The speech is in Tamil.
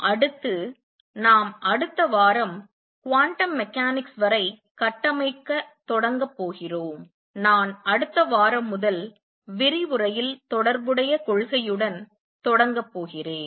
அடுத்து நாம் அடுத்த வாரம் குவாண்டம் மெக்கானிக்ஸ் வரை கட்டமைக்க தொடங்க போகிறோம் நான் அடுத்த வாரம் முதல் விரிவுரையில் தொடர்புடைய கொள்கையுடன் தொடங்க போகிறேன்